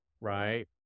right